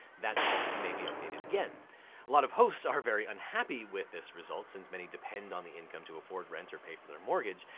that policy may be updated again. a lot of hosts are very unhappy with this result, since many depend on the income to afford rent or pay for their mortgage.